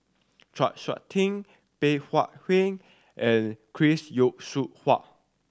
Chau Sik Ting Bey Hua Heng and Chris Yeo Siew Hua